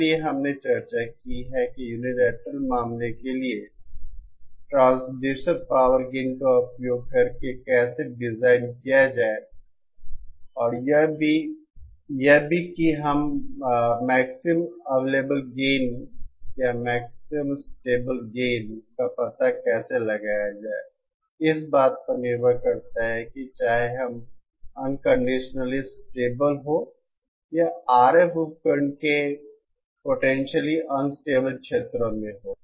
इसलिए हमने चर्चा की है कि यूनिलैटरल मामले के लिए ट्रांसड्यूसर पावर गेन का उपयोग करके कैसे डिजाइन किया जाए और यह भी कि हम मैक्सिमम अवेलेबल गेन या मैक्सिमम स्टेबल गेन का पता कैसे लगाया जाए इस पर निर्भर करता है कि चाहे हम अनकंडीशनली स्टेबल हो या RF उपकरण के पोटेंशियली अनस्टेबल क्षेत्रों में हो